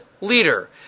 leader